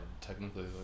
technically